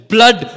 Blood